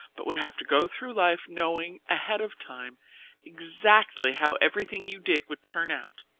but would have to go through life knowing ahead of time exactly how everything you did would turn out,